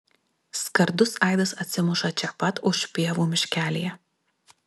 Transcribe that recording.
skardus aidas atsimuša čia pat už pievų miškelyje